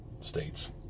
states